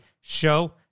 show